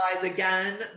again